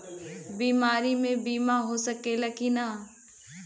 बीमारी मे बीमा हो सकेला कि ना?